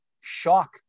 shock